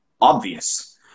obvious